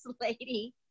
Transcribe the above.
lady